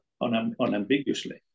unambiguously